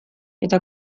eta